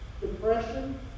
depression